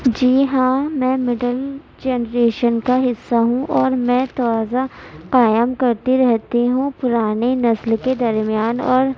جی ہاں میں middle generation کا حصہ ہوں اور میں توازن قائم کرتی رہتی ہوں پرانی نسل کے درمیان اور